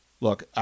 Look